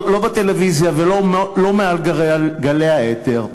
לא בטלוויזיה ולא מעל גלי האתר,